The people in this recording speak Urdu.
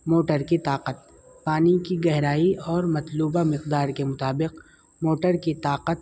موٹر کی طاقت پانی کی گہرائی اور مطلوبہ مقدار کے مطابق موٹر کی طاقت